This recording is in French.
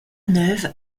neuve